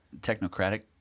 technocratic